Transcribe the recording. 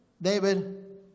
David